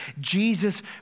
Jesus